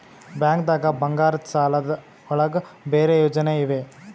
ಬ್ಯಾಂಕ್ದಾಗ ಬಂಗಾರದ್ ಸಾಲದ್ ಒಳಗ್ ಬೇರೆ ಯೋಜನೆ ಇವೆ?